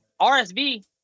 RSV